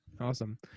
Awesome